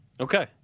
Okay